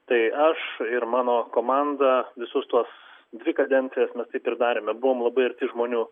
tai aš ir mano komanda visus tuos dvi kadencijas mes taip ir darėme buvom labai žmonių